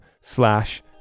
slash